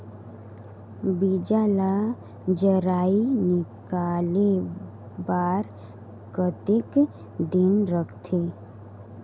बीजा ला जराई निकाले बार कतेक दिन रखथे?